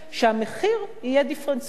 שהמחיר יהיה דיפרנציאלי.